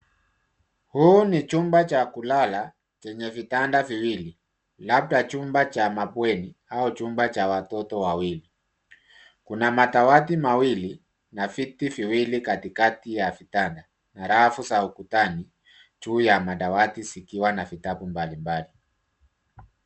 Huu ni chumba cha kulala, chenye vitanda viwili, labda chumba cha mabweni au chumba cha watoto wawili. Kuna madawati mawili na viti viwili katikati ya vitanda na rafu za ukutani juu ya madawati zikiwa na vitabu mbalimbali.